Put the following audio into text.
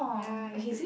ya you have to